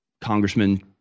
Congressman